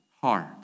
heart